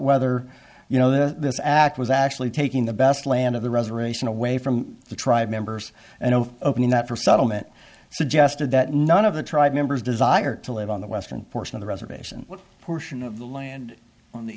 whether you know this act was actually taking the best land of the reservation away from the tribe members and opening that for settlement suggested that none of the tribe members desire to live on the western portion of the reservation portion of the land on the